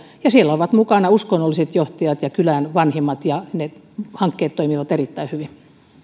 ja perhesuunnitteluhankkeita siellä ovat mukana uskonnolliset johtajat ja kylän vanhimmat ja ne hankkeet toimivat erittäin hyvin